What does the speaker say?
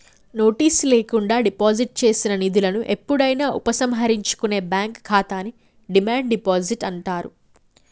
notice లేకుండా deposit చేసిన నిధులను ఎప్పుడైనా ఉపసంహరించుకునే బ్యాంక్ ఖాతాని డిమాండ్ డిపాజిట్ అంటారు